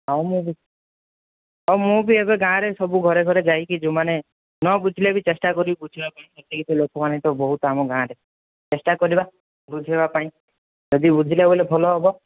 ହଉ ହଉ ମୁଁ ବି ଏବେ ଗାଁରେ ସବୁ ଘରେ ଘରେ ଯାଇକି ଯେଉଁମାନେ ନବୁଝିଲେ ବି ଚେଷ୍ଟା କରିବି ବୁଝାଇବା ପାଇଁ ଲୋକମାନେ ତ ବହୁତ ଆମ ଗାଁରେ ଚେଷ୍ଟା କରିବା ବୁଝେଇବା ପାଇଁ ଯଦି ବୁଝିଲେ ବୋଲେ ଭଲ ହେବ